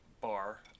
bar